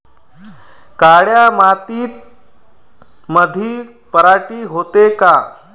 काळ्या मातीमंदी पराटी होते का?